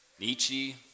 Nietzsche